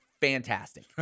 Fantastic